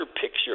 picture